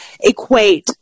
equate